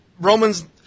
Roman's